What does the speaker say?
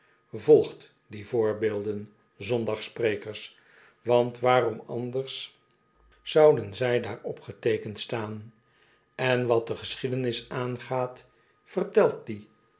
volgt die voorbeelden zondag predikers want waarom anders zouden zij daar opgeteekend staan en wat de geschiedenis aangaat vertelt die